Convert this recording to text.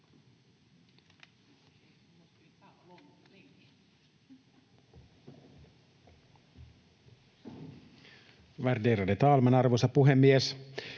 Värderade talman, arvoisa puhemies!